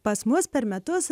pas mus per metus